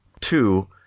Two